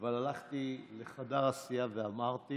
אבל הלכתי לחדר הסיעה ואמרתי